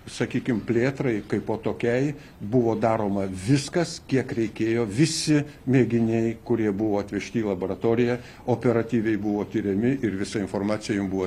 sakykim plėtrai kaipo tokiai buvo daroma viskas kiek reikėjo visi mėginiai kurie buvo atvežti į laboratoriją operatyviai buvo tiriami ir visa informacija jum buvo